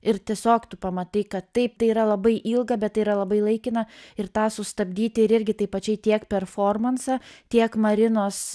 ir tiesiog tu pamatai kad taip tai yra labai ilga bet tai yra labai laikina ir tą sustabdyti ir irgi tai pačiai tiek performansą tiek marinos